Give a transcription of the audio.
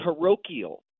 parochial